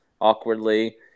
awkwardly